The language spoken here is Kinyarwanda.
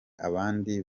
abandi